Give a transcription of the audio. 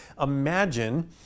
imagine